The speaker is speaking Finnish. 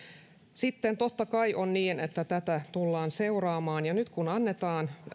sitten totta kai on niin että tätä tullaan seuraamaan ja nyt kun annetaan